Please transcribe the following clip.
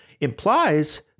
implies